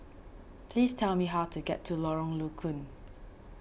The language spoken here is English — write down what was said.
please tell me how to get to Lorong Low Koon